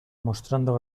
mostrando